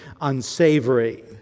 unsavory